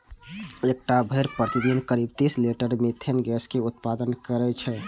एकटा भेड़ प्रतिदिन करीब तीस लीटर मिथेन गैस के उत्पादन करै छै